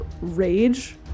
rage